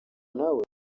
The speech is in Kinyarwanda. nawe